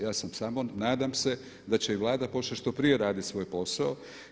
Ja sam samo, nadam se da će i Vlada počet što prije radit svoj posao.